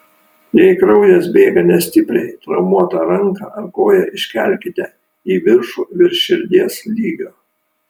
jei kraujas bėga nestipriai traumuotą ranką ar koją iškelkite į viršų virš širdies lygio